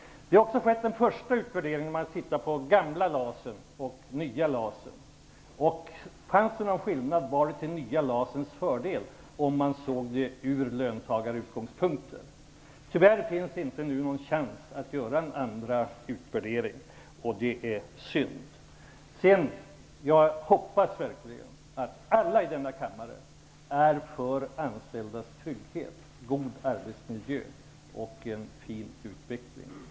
Det har skett en första utvärdering av den gamla LAS:en och den nya LAS:en. Fanns det någon skillnad var det till den nya LAS:ens fördel, om man såg det från löntagarsynpunkt. Tyvärr finns det nu inte någon chans att göra en andra utvärdering, och det är synd. Jag hoppas verkligen att alla här i kammaren är för de anställdas trygghet, en god arbetsmiljö och en fin utveckling.